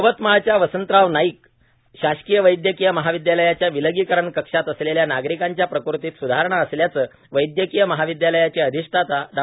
यवतमाळच्या वसंतराव नाईक शासकीय वैदयकीय महाविदयालयाच्या विलगीकरण कक्षात असलेल्या नागरिकांच्या प्रकृतीत सुधारणा असल्याचे वैदयकीय महाविद्यालयाचे अधिष्ठाता डॉ